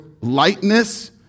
lightness